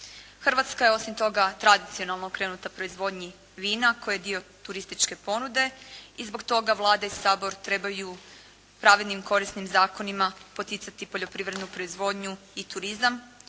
Hrvatska je osim toga tradicionalno okrenuta proizvodnji vina koje je dio turističke ponude i zbog toga Vlada i Sabor trebaju pravednim i korisnim zakonima poticati poljoprivrednu proizvodnju i turizam